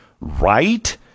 Right